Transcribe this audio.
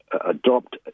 adopt